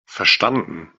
verstanden